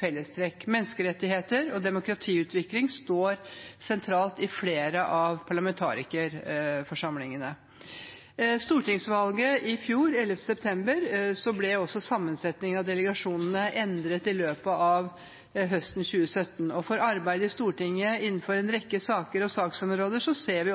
fellestrekk. Menneskerettigheter og demokratiutvikling står sentralt i flere av parlamentarikerforsamlingene. Etter stortingsvalget 11. september og i løpet av høsten i fjor ble sammensetningen av delegasjonene endret. For arbeidet i Stortinget innenfor en rekke saker og saksområder ser vi